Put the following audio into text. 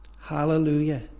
hallelujah